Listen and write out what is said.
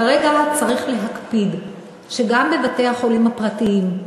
כרגע צריך להקפיד שגם בבתי-החולים הפרטיים,